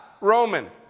Roman